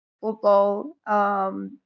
football